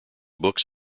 books